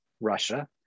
Russia